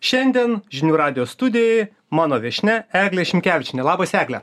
šiandien žinių radijo studijoj mano viešnia eglė šimkevičienė labas egle